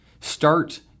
start